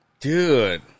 Dude